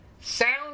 Sound